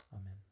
Amen